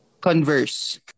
converse